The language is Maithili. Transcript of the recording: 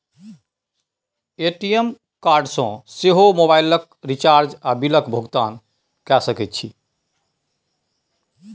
ए.टी.एम कार्ड सँ सेहो मोबाइलक रिचार्ज आ बिलक भुगतान कए सकैत छी